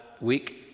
week